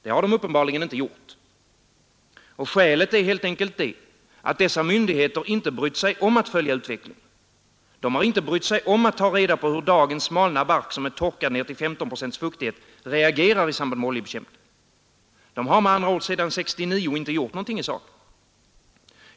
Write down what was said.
Det har de uppenbarligen inte gjort. Och skälet är helt enkelt det att dessa myndigheter inte brytt sig om att följa utvecklingen. De har inte brytt sig om att ta reda på hur dagens malna bark, som är torkad ner till 15 procents fuktighet, reagerar i samband med oljebekämpning. De har med andra ord sedan 1969 inte gjort någonting i saken.